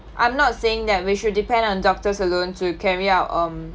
I'm not saying that we should depend on doctors alone to carry out um